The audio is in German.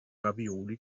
ravioli